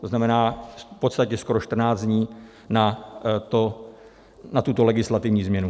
To znamená v podstatě skoro 14 dní na tuto legislativní změnu.